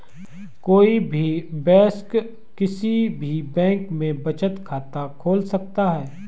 कोई भी वयस्क किसी भी बैंक में बचत खाता खोल सकता हैं